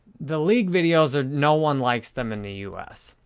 the league videos, ah no one likes them in the us.